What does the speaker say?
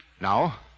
Now